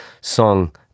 song